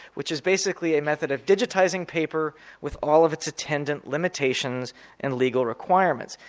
which is basically a method of digitizing paper with all of its attendant limitations and legal requirements.